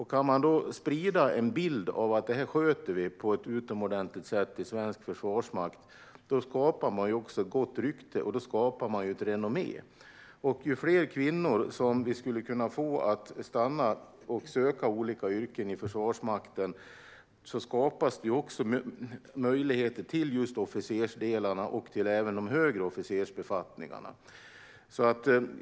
Kan man sprida en bild av att svensk försvarsmakt sköter det på ett utomordentligt sätt skapar man också ett gott rykte och ett renommé. Om vi kan få fler kvinnor att stanna kvar och söka olika yrken inom Försvarsmakten skapas också möjligheter till just officersdelarna och även de högre officersbefattningarna.